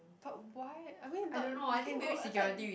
but why I mean thought you can go I thought